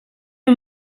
une